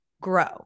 grow